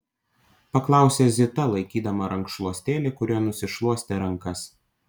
paklausė zita laikydama rankšluostėlį kuriuo nusišluostė rankas